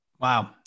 Wow